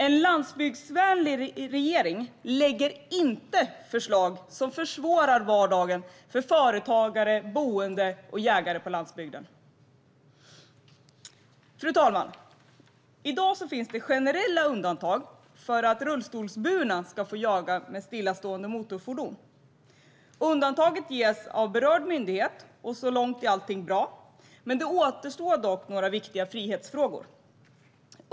En landsbygdsvänlig regering lägger inte förslag som försvårar vardagen för företagare, boende och jägare på landsbygden. Fru talman! I dag finns generella undantag för att rullstolsburna ska få jaga från stillastående motorfordon. Undantagen ges av berörd myndighet, och så långt är allting bra, men det återstår dock några viktiga frihetsfrågor.